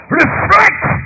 reflect